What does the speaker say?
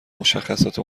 مشخصات